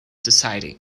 society